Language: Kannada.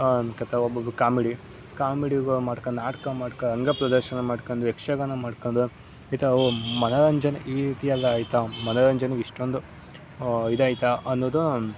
ಅಂದ್ಕೊಳ್ತಾರೆ ಒಬ್ಬೊಬ್ಬರು ಕಾಮಿಡಿ ಕಾಮಿಡಿಗೂ ಮಾಡ್ಕೊಂಡು ನಾಟಕ ಮಾಡ್ಕೊ ಅಂಗ ಪ್ರದರ್ಶನ ಮಾಡ್ಕೊಂಡು ಯಕ್ಷಗಾನ ಮಾಡ್ಕೊಂಡು ಈ ಥರ ಓ ಮನೋರಂಜನೆ ಈ ರೀತಿಯಲ್ಲ ಆಯಿತಾ ಮನೋರಂಜನೆಗೆ ಇಷ್ಟೊಂದು ಇದಾಯಿತಾ ಅನ್ನೋದು